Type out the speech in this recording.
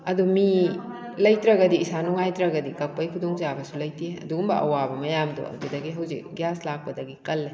ꯑꯗꯨ ꯃꯤ ꯂꯩꯇ꯭ꯔꯒꯗꯤ ꯏꯁꯥ ꯅꯨꯡꯉꯥꯏꯇ꯭ꯔꯒꯗꯤ ꯀꯛꯄꯩ ꯈꯨꯗꯣꯡ ꯆꯥꯕꯁꯨ ꯂꯩꯇꯦ ꯑꯗꯨꯒꯨꯝꯕ ꯑꯋꯥꯕ ꯃꯌꯥꯝꯗꯣ ꯑꯗꯨꯗꯒꯤ ꯍꯧꯖꯤꯛ ꯒ꯭ꯌꯥꯁ ꯂꯥꯛꯄꯗꯒꯤ ꯀꯜꯂꯦ